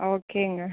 ஓகேங்க